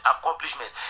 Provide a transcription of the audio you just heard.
Accomplishment